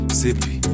sippy